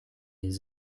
his